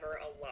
alone